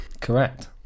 correct